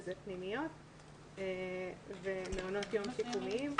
שזה פנימיות ומעונות יום שיקומיים,